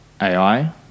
AI